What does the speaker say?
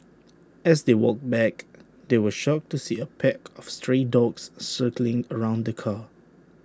as they walked back they were shocked to see A pack of stray dogs circling around the car